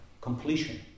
Completion